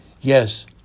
Yes